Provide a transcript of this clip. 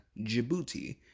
Djibouti